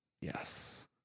Yes